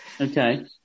Okay